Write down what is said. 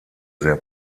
sehr